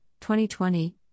2020